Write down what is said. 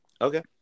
Okay